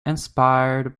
inspired